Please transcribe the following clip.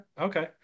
Okay